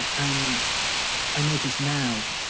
and i noticed now,